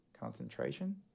concentration